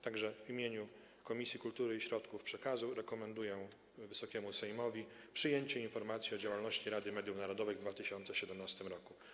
Tak że w imieniu Komisji Kultury i Środków Przekazu rekomenduję Wysokiemu Sejmowi przyjęcie informacji o działalności Rady Mediów Narodowych w 2017 r.